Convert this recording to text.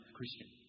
Christian